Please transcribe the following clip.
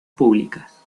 públicas